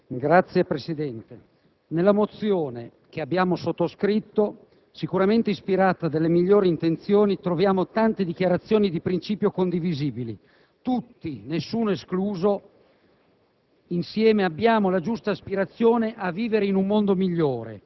apre una nuova finestra") *(UDC)*. Signor Presidente, nella mozione che abbiamo sottoscritto, sicuramente ispirata dalle migliori intenzioni, troviamo tante dichiarazioni di principio condivisibili. Tutti, nessuno escluso,